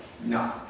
No